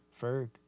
Ferg